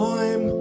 Time